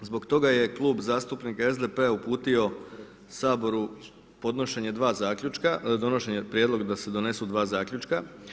Zbog toga je Klub zastupnika SDP-a uputio Sabora podnošenje 2 zaključka, donošenje prijedlog, da se donesu 2 zaključka.